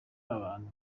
abantu